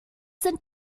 sind